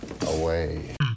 away